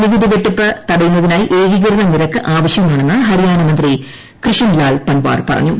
നികുതി വെട്ടിപ്പ് തടയുന്നതിനായി ഏകീകൃത നിരക്ക് ആവശ്യമാണെന്ന് ഹരിയാന മന്ത്രി കൃഷൻ ലാൽ പൻവാർ പറഞ്ഞു